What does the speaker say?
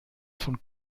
von